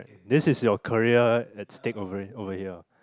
this is your career at stake over it over here